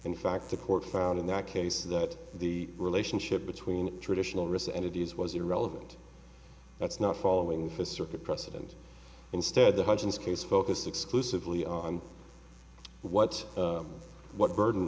in fact the court found in that case that the relationship between traditional risk and it is was irrelevant that's not following the circuit precedent instead the hudgens case focused exclusively on what what burden